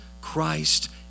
Christ